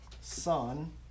son